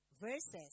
verses